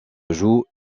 jouent